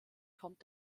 kommt